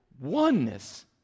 oneness